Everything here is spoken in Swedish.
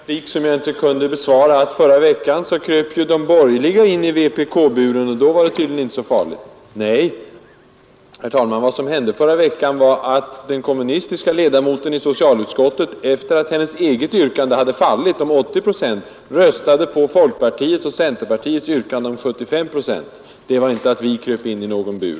Herr talman! Fru Ryding sade tidigare i en replik, som jag inte kunde besvara, att förra veckan kröp ju de borgerliga in i vpk-buren, och då var det tydligen inte så farligt. Nej, herr talman, vad som hände förra veckan var att den kommunistiska ledamoten i socialutskottet, efter det att hennes eget yrkande om 80 procent hade fallit, röstade på folkpartiets och centerpartiets yrkande om 75 procent. Det innebar inte att vi kröp in i någon bur.